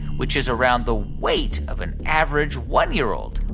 which is around the weight of an average one year old?